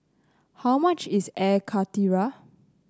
how much is Air Karthira